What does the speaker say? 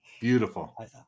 Beautiful